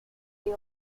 they